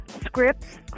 scripts